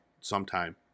sometime